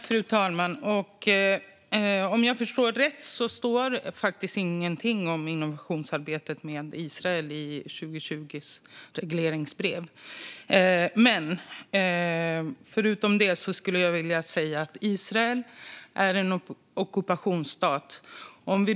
Fru talman! Om jag förstår rätt så står det inget om innovationsarbetet med Israel i regleringsbrevet för 2020. Israel är en ockupationsstat.